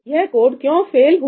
यह कोड क्यों फेल हुआ